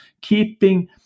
keeping